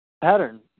pattern